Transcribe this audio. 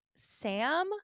Sam